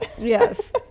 Yes